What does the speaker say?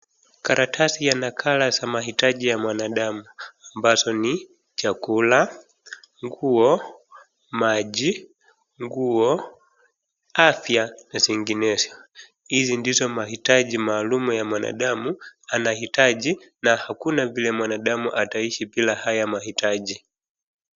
Karatasi ya nakala za mahitaji ya mwanadamu ambazo ni chakula, nguo, maji, nguo, afya na zinginezo. Hizi ndizo mahitaji maalum ya mwanadamu anahitaji na hakuna vile mwanadamu ataishi bila haya mahitaji.